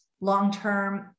long-term